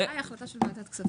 ההחלטה היא החלטה של ועדת כספים.